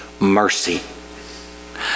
Mercy